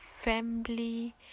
family